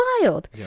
wild